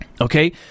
Okay